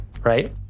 right